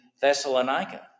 Thessalonica